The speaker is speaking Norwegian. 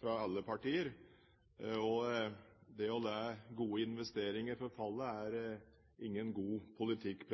fra alle partier. Det å la gode investeringer forfalle er ingen god politikk.